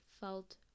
felt